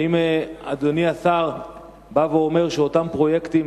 האם אדוני השר בא ואומר שאותם פרויקטים